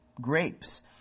grapes